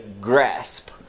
grasp